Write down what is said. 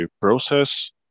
process